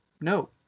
No